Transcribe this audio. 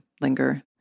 Linger